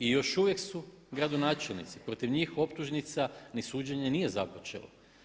I još uvijek su gradonačelnici, protiv njih je optužnica a suđenje nije započelo.